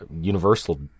Universal